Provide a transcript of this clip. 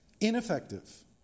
ineffective